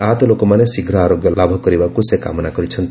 ଆହତ ଲୋକମାନେ ଶୀଘ୍ର ଆରୋଗ୍ୟ ଲାଭ କରିବାକୁ ସେ କାମନା କରିଛନ୍ତି